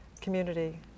community